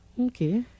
Okay